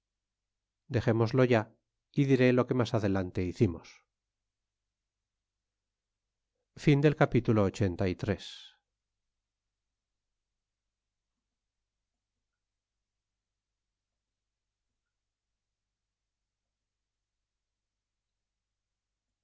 dexémoslo ya y diré lo que mas adelante hicimos